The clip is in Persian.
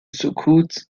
سکوت